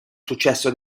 successo